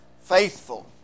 faithful